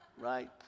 Right